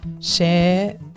share